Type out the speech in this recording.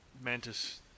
Mantis